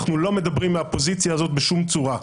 אנחנו לא מדברים מהפוזיציה הזאת בשום צורה.